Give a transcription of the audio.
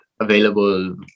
available